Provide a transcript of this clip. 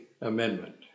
amendment